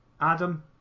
Adam